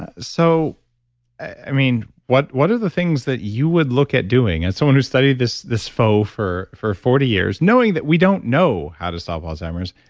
ah so i mean, what what are the things that you would look at doing, as someone who's studied this this for so for for forty years knowing that we don't know how to solve alzheimer's.